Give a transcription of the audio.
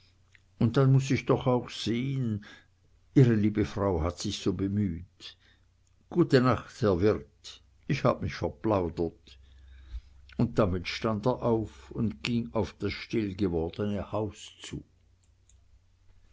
und dann muß ich doch auch sehn ihre liebe frau hat sich so bemüht gute nacht herr wirt ich habe mich verplaudert und damit stand er auf und ging auf das stillgewordene haus zu